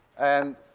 and